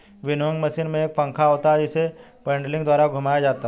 winnowing machine में एक पंखा होता है जिसे पेडलिंग द्वारा घुमाया जाता है